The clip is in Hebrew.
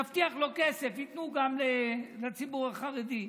נבטיח לו כסף, ייתנו גם לציבור החרדי.